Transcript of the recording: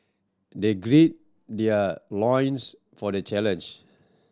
they gird their loins for the challenge